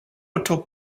otto